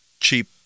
cheap